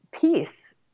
peace